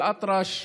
אל-אטרש,